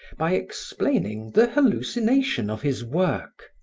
by explaining the hallucination of his work.